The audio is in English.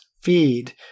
feed